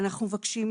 ואנחנו מבקשים